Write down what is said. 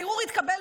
הערעור התקבל,